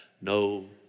no